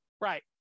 Right